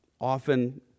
Often